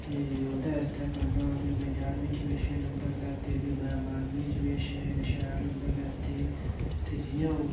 ते ओह्दे आस्तै पढ़ना भी में ञारमीं च बी अच्छे नंबर लैते ते प्ही में बारह्मीं च बी अच्छे शैल नंबर लैते ते जि'यां अं'ऊ